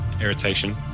irritation